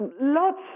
lots